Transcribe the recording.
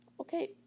Okay